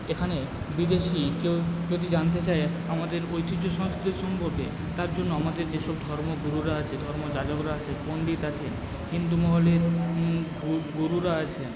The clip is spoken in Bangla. এখানে বিদেশী কেউ যদি জানতে চায় আমাদের ঐতিহ্য সংস্কৃতি সম্পর্কে তার জন্য আমাদের যেসব ধর্মগুরুরা আছেন ধর্ম যাজকরা আছেন পন্ডিত আছেন হিন্দু মহলে গুরুরা আছেন